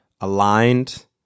aligned